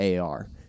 AR